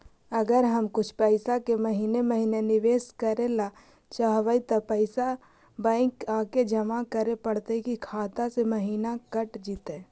अगर हम कुछ पैसा के महिने महिने निबेस करे ल चाहबइ तब पैसा बैक आके जमा करे पड़तै कि खाता से महिना कट जितै?